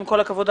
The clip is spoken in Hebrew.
עם כל הכבוד,